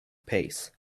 pace